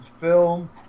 film